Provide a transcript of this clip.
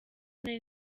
nari